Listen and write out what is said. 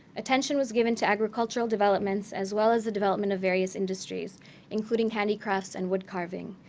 attention was given to agricultural developments, as well as the development of various industries including handicrafts and woodcarving.